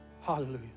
Hallelujah